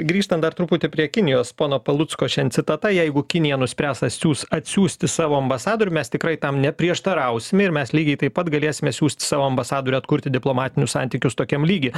grįžtant dar truputį prie kinijos pono palucko šiandien citata jeigu kinija nuspręs atsiųs atsiųsti savo ambasadorių mes tikrai tam neprieštarausime ir mes lygiai taip pat galėsime siųst savo ambasadorių atkurti diplomatinius santykius tokiam lygy